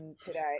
today